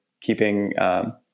keeping